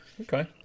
okay